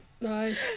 Nice